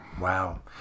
wow